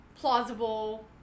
plausible